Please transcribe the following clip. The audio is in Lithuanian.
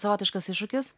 savotiškas iššūkis